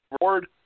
reward